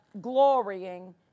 glorying